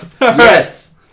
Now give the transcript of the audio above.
Yes